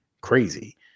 crazy